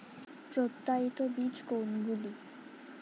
প্রত্যায়িত বীজ কোনগুলি?